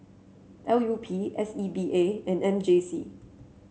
L U P S E A B and M J C